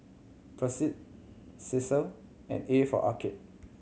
Persil Cesar and A for Arcade